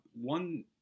one